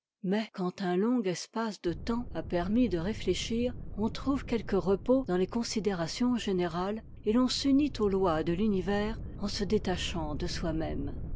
mais quand un long espace de temps a permis de réfléchir on trouve quelque repos dans les considérations générâtes et l'on s'unit aux lois de l'univers en se détachant de soi-même